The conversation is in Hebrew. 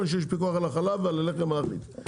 שיש פיקוח על החלב ועל הלחם האחיד.